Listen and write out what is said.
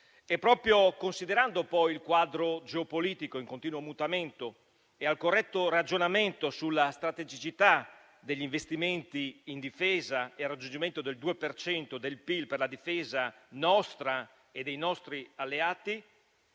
Proprio considerando il quadro geopolitico in continuo mutamento e a seguito di un corretto ragionamento sulla strategicità degli investimenti in difesa, con il raggiungimento del 2 per cento del PIL per la difesa nostra e dei nostri alleati,